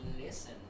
listen